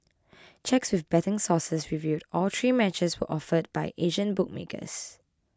checks with betting sources revealed all three matches were offered by Asian bookmakers